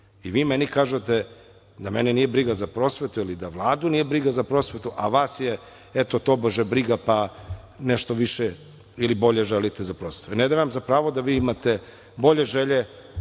Vi meni kažete da mene nije briga za prosvetu ili da Vladu nije briga za prosvetu, a vas je eto tobože briga, pa nešto više ili bolje želite za prosvetu? Ne dajem vam za pravo da vi imate bolje želje